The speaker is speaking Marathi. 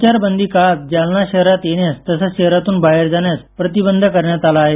संचारबंदी काळात जालना शहरात येण्यास तसंच शहरातून बाहेर जाण्यास प्रतिबंध करण्यात आला आहे